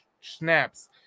snaps